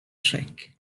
trick